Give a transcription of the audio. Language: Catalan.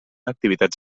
activitats